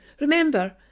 remember